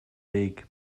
big